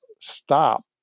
stop